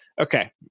Okay